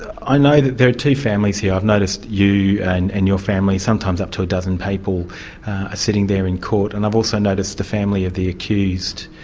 i know that there are two families here, i've noticed you and and your family, sometimes up to a dozen people, are ah sitting there in court, and i've also noticed the family of the accused,